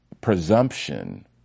presumption